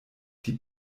die